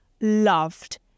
loved